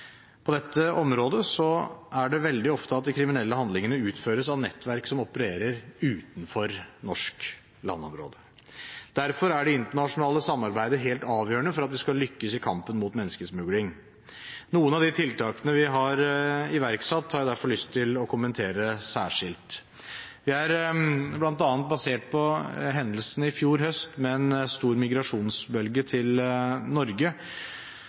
På dette området er det veldig ofte at de kriminelle handlingene utføres av nettverk som opererer utenfor norsk landområde. Derfor er det internasjonale samarbeidet helt avgjørende for at vi skal lykkes i kampen mot menneskesmugling. Noen av de tiltakene vi har iverksatt, har jeg derfor lyst til å kommentere særskilt. De er bl.a. basert på at etter hendelsene i fjor høst, med en stor migrasjonsbølge til Norge,